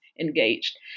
engaged